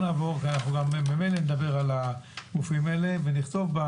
כי אנחנו ממילא נדבר על הגופים האלה ונרשום,